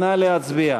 נא להצביע.